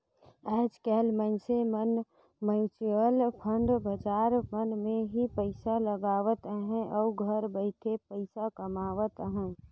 आएज काएल मइनसे मन म्युचुअल फंड बजार मन में ही पइसा लगावत अहें अउ घर बइठे पइसा कमावत अहें